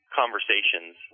conversations